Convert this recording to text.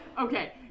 Okay